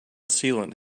sealant